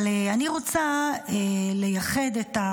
אבל אני רוצה לייחד את,